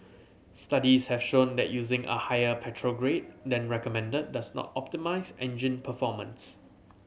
studies have shown that using a higher petrol grade than recommended does not optimise engine performance